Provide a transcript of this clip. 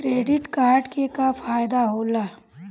Credit card के का फायदा होला?